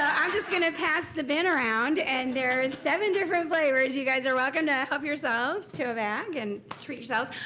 i'm just gonna pass the bin around and there's seven different flavors. you guys are welcome to help yourselves to a bag and treat yourselves.